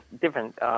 different